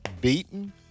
beaten